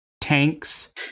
tanks